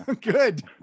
good